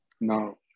No